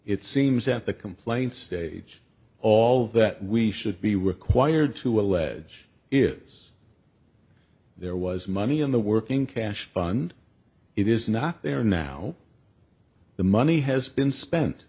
it seems at the complaint stage all that we should be required to allege is there was money in the working cash fund it is not there now the money has been spent